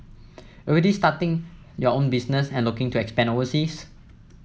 already started your own business and looking to expand overseas